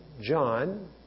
John